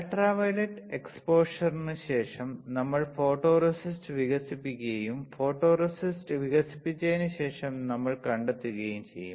ultraviolet എക്സ്പോഷറിനുശേഷം നമ്മൾ photoresist വികസിപ്പിക്കുകയും ഫോട്ടോറെസിസ്റ്റ് വികസിപ്പിച്ചതിന് ശേഷം നമ്മൾ കണ്ടെത്തുകയും ചെയ്യും